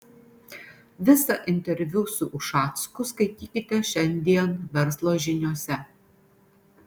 visą interviu su ušacku skaitykite šiandien verslo žiniose